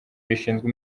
rishinzwe